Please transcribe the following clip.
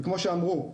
כמו שאמרו,